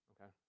Okay